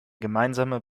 gemeinsame